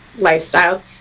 lifestyles